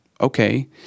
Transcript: okay